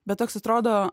bet toks atrodo